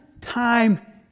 time